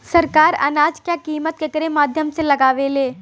सरकार अनाज क कीमत केकरे माध्यम से लगावे ले?